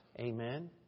Amen